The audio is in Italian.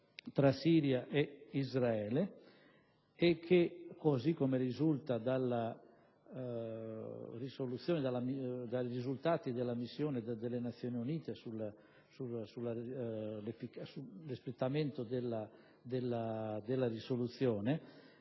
tra Siria e Libano, e che - così come risulta dai risultati della missione delle Nazioni Unite sull'espletamento della risoluzione